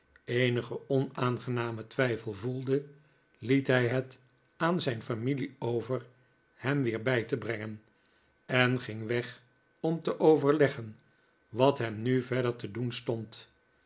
onaangenamen twijfel voelde liet hij het aan zijn familie over hem weer bij te brengen en ging weg om te overleggen wat hem nu verder te doen stond